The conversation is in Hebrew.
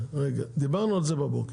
אבל דוקטור, דיברנו על זה בבוקר.